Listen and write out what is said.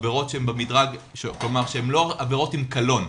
עבירות שהן לא עבירות עם קלון.